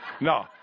No